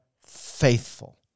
faithful